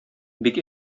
бик